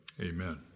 Amen